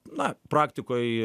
na praktikoj